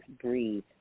breathe